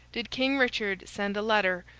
did king richard send a letter,